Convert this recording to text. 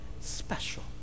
special